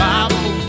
Bible